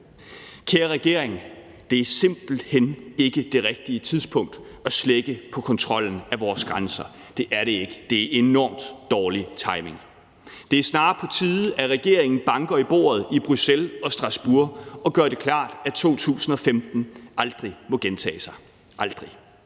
Kære regering, det er simpelt hen ikke det rigtige tidspunkt at slække på kontrollen ved vores grænser. Det er det ikke; det er enormt dårlig timing. Det er snarere på tide, at regeringen banker i bordet i Bruxelles og Strasbourg og gør det klart, at 2015 aldrig må gentage sig – aldrig.